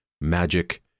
magic